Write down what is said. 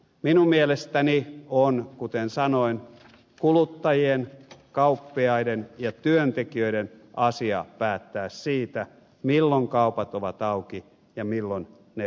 minun mielestäni on kuten sanoin kuluttajien kauppiaiden ja työntekijöiden asia päättää siitä milloin kaupat ovat auki ja milloin ne ovat kiinni